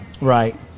Right